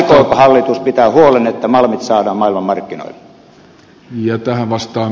aikooko hallitus pitää huolen että malmit saadaan maailmanmarkkinoille